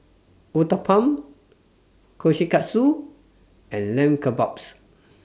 Uthapam Kushikatsu and Lamb Kebabs